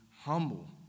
humble